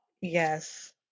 Yes